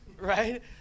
right